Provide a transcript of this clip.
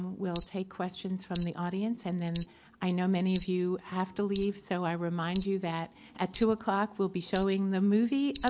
we'll take questions from the audience and then i know many of you have to leave, so i remind you that at two o'clock we'll be showing the movie, ah